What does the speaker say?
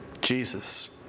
Jesus